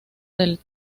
del